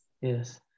yes